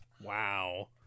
Wow